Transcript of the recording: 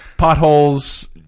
potholes